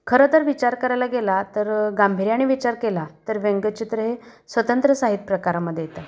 खरं तर विचार करायला गेला तर गांभीर्यानी विचार केला तर व्यंगचित्र हे स्वतंत्र साहित्य प्रकारामध्ये येत